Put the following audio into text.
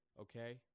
Okay